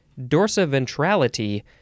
Dorsaventrality